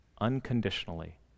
unconditionally